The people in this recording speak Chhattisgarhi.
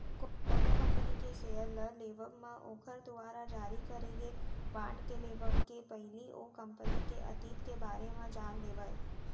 कोनो कंपनी के सेयर ल लेवब म ओखर दुवारा जारी करे गे बांड के लेवब के पहिली ओ कंपनी के अतीत के बारे म जान लेवय